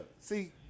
See